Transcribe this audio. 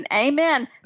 amen